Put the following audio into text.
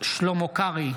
שלמה קרעי,